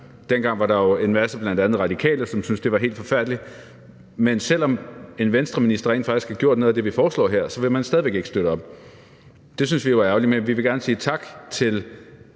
Dengang var der jo en masse, bl.a. Radikale, som syntes, det var helt forfærdeligt, men selv om en Venstreminister rent faktisk har gjort noget af det, vi foreslår her, så vil man stadig væk ikke støtte op. Det synes vi jo er ærgerligt. Vi vil gerne sige tak til